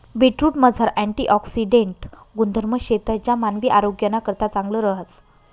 बीटरूटमझार अँटिऑक्सिडेंट गुणधर्म शेतंस ज्या मानवी आरोग्यनाकरता चांगलं रहास